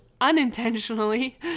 unintentionally